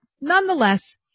Nonetheless